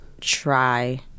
try